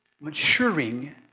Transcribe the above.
maturing